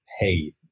paid